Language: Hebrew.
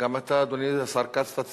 והיא תועבר לוועדת העבודה, הרווחה והבריאות.